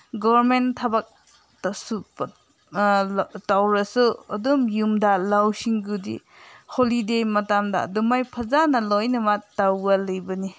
government ꯊꯕꯛꯇꯁꯨ ꯇꯧꯔꯁꯨ ꯑꯗꯨꯝ ꯌꯨꯝꯗ ꯂꯧꯁꯤꯡꯕꯨꯗꯤ ꯍꯣꯂꯤꯗꯦ ꯃꯇꯝꯗ ꯑꯗꯨꯃꯥꯏꯅ ꯐꯖꯅ ꯂꯣꯏꯅꯃꯛ ꯇꯧꯕ ꯂꯩꯕꯅꯤ